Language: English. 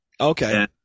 Okay